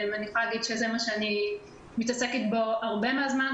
אני יכולה להגיד שזה מה שאני מתעסקת בו הרבה מהזמן,